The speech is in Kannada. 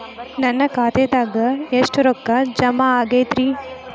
ನನ್ನ ಖಾತೆದಾಗ ಎಷ್ಟ ರೊಕ್ಕಾ ಜಮಾ ಆಗೇದ್ರಿ?